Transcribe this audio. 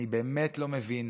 אני באמת לא מבין,